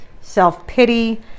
self-pity